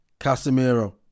Casemiro